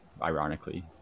ironically